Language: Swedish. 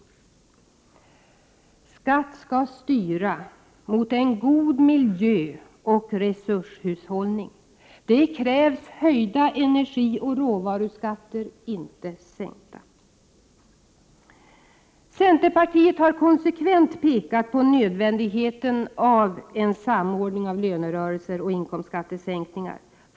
Skatt skall styra mot en god miljö och resurshushållning. Det krävs höjda energioch råvaruskatter — inte sänkta! Centerpartiet har konsekvent pekat på nödvändigheten av en samordning Prot. 1988/89:59 av lönerörelser och inkomstskattesänkningar.